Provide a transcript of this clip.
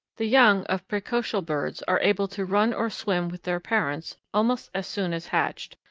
the young of praecocial birds are able to run or swim with their parents almost as soon as hatched,